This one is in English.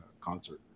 concert